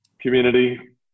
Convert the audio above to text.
community